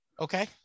Okay